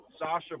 Sasha